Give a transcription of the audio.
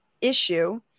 issue